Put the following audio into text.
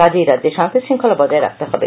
কাজেই রাজ্যে শান্তি শৃঙ্খলা বজায় রাখতে হবে